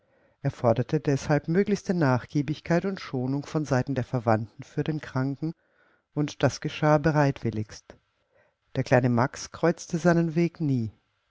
er forderte deshalb möglichste nachgiebigkeit und schonung von seiten der verwandten für den kranken und das geschah bereitwilligst der kleine max kreuzte seinen weg nie